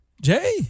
Jay